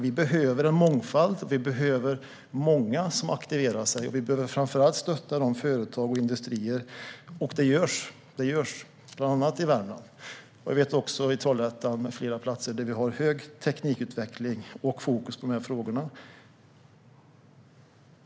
Vi behöver en mångfald - många som aktiverar sig - och vi behöver framför allt stötta företag och industrier. Och detta görs, bland annat i Värmland. Även i Trollhättan och på andra platser har vi hög teknikutveckling och fokus på dessa frågor.